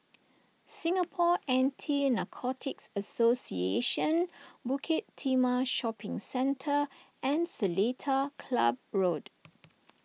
Singapore Anti Narcotics Association Bukit Timah Shopping Centre and Seletar Club Road